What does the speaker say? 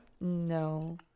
No